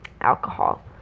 Alcohol